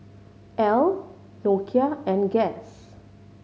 Elle Nokia and Guess